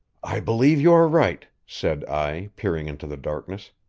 i believe you are right, said i, peering into the darkness.